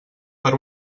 per